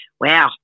wow